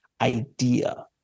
Idea